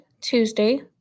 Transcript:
Tuesday